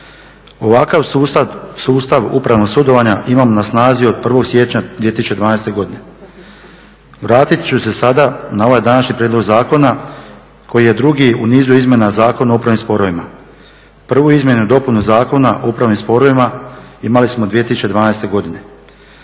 Ovakav sustav upravnog sudovanja imamo na snazi od 1. siječnja 2012. godine. Vratit ću se sada na ovaj današnji prijedlog zakona koji je drugi u nizu izmjena Zakona o upravnim sporovima. Prvu izmjenu i dopunu Zakona o upravnim sporovima imali smo 2012. godine.